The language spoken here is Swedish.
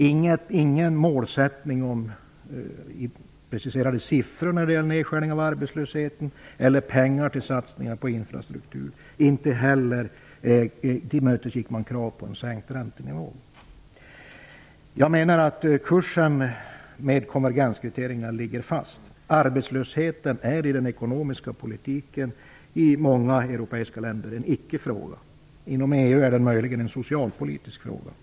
Det fanns ingen målsättning preciserad i siffror när det gällde minskningen av arbetslösheten eller pengar till satsningar på infrastruktur. Inte heller tillmötesgick man kravet på en sänkt räntenivå. Jag menar att kursen med konvergensvillkoren ligger fast. I många europeiska länder är arbetslösheten en ickefråga i den ekonomiska politiken. Inom EU är den möjligen en socialpolitisk fråga.